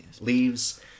leaves